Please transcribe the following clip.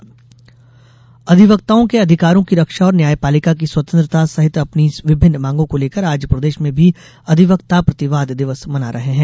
प्रतिवाद दिवस अधिवक्ताओं के अधिकारों की रक्षा और न्यायपालिका की स्वतंत्रता सहित अपनी विभिन्न मांगों को लेकर आज प्रदेश में भी अधिवक्ता प्रतिवाद दिवस मना रहे हैं